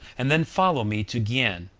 and then follow me to guienne,